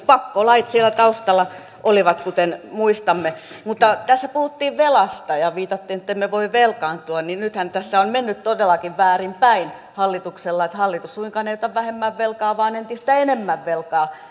pakkolait siellä taustalla olivat kuten muistamme mutta tässä puhuttiin velasta ja viitattiin ettemme voi velkaantua nythän tässä on mennyt todellakin väärinpäin hallituksella että hallitus suinkaan ei ota vähemmän velkaa vaan entistä enemmän velkaa